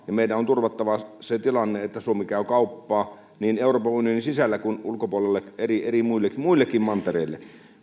ja meidän on turvattava se tilanne että suomi käy kauppaa niin euroopan unionin sisällä kuin ulkopuolelle eli muillekin muillekin mantereille